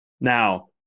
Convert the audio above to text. Now